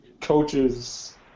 coaches